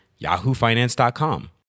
yahoofinance.com